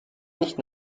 nicht